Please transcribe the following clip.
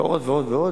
ועוד ועוד?